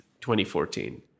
2014